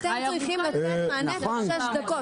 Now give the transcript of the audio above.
אתם צריכים לתת מענה בשש דקות.